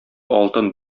алтын